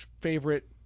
favorite